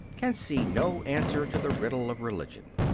can see no answer to the riddle of religion.